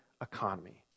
economy